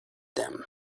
them